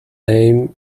aim